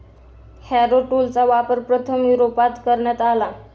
Harrow टूलचा वापर प्रथम युरोपात करण्यात आला